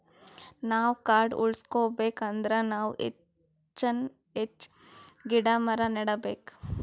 ನಾವ್ ಕಾಡ್ ಉಳ್ಸ್ಕೊಬೇಕ್ ಅಂದ್ರ ನಾವ್ ಹೆಚ್ಚಾನ್ ಹೆಚ್ಚ್ ಗಿಡ ಮರ ನೆಡಬೇಕ್